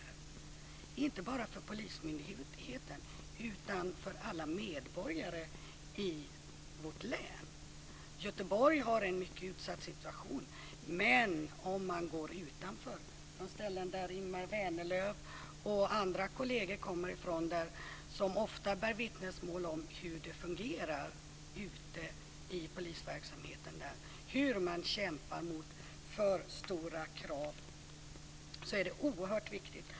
Det gäller inte bara polismyndigheten utan också alla medborgare i vårt län. Göteborg har en mycket utsatt situation, men man kan också gå utanför Göteborg till ställen som Ingemar Vänerlöv och andra kolleger kommer ifrån. De bär ofta vittnesbörd om hur det fungerar ute i polisverksamheten där och om hur man kämpar mot alltför stora krav. Detta är oerhört viktigt.